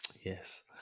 Yes